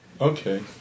Okay